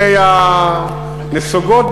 נסוגות,